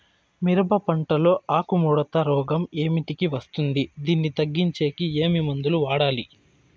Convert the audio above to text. మిరప పంట లో ఆకు ముడత రోగం ఏమిటికి వస్తుంది, దీన్ని తగ్గించేకి ఏమి మందులు వాడాలి?